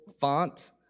font